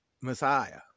messiah